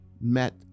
met